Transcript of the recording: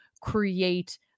create